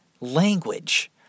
language